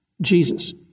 Jesus